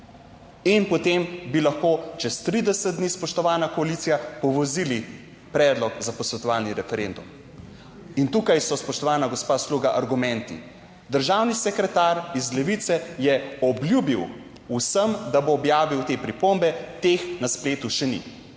In potem bi lahko čez 30 dni, spoštovana koalicija, povozili predlog za posvetovalni referendum. In tukaj so, spoštovana gospa Sluga, argumenti. Državni sekretar iz Levice je obljubil vsem, da bo objavil te pripombe. Teh na spletu še ni